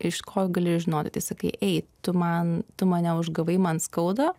iš ko gali žinoti tai sakai ei tu man tu mane užgavai man skauda